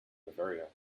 bavaria